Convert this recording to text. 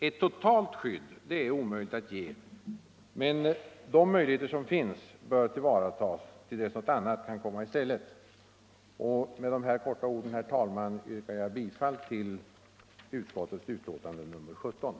Ett totalt skydd är omöjligt att ge, men de möjligheter som finns bör till Nr 78 varatas tills något annat kan komma i stället. Tisdagen den Med dessa ord yrkar jag, herr talman, bifall till utskottets hemställan. 13 maj 1975